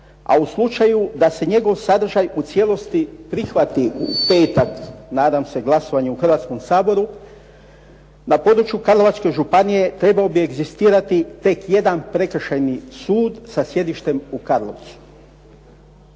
a u slučaju da se njegov sadržaj u cijelosti prihvati u petak, nadam se glasovanju u Hrvatskom saboru, na području Karlovačke županije trebao bi egzistirati tek jedan prekršajni sud sa sjedištem u Karlovcu.